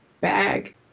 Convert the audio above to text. bag